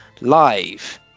live